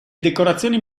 decorazioni